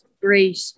great